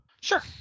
Sure